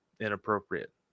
inappropriate